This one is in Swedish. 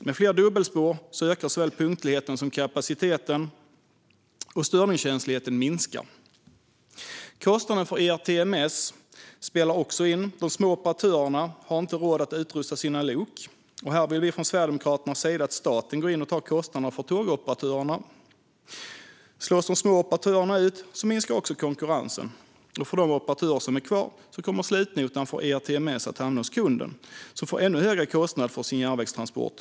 Med fler dubbelspår ökar såväl punktligheten som kapaciteten, och störningskänsligheten minskar. Kostnaden för ERTMS spelar också in. De små operatörerna har inte råd att utrusta sina lok. Här vill Sverigedemokraterna att staten ska gå in och ta kostnaderna för tågoperatörerna. Slås de små operatörerna ut minskar också konkurrensen. För de operatörer som blir kvar kommer slutnotan för ERTMS att hamna hos kunden, som får en ännu högre kostnad för sin järnvägstransport.